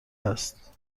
است